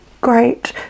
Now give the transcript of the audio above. great